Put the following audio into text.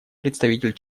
представитель